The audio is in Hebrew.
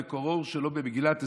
המקור שלו הוא במגילת אסתר,